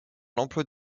l’emploi